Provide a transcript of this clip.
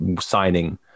signing